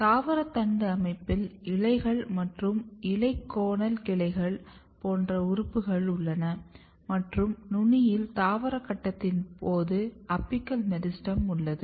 தாவர தண்டு அமைப்பில் இலைகள் மற்றும் இலைக்கோணல் கிளைகள் போன்ற உறுப்புகள் உள்ளன மற்றும் நுனியில் தாவர கட்டத்தின் போது அபிக்கல் மெரிஸ்டெம் உள்ளது